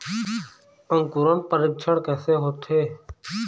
अंकुरण परीक्षण कैसे होथे?